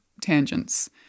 tangents